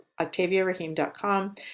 OctaviaRahim.com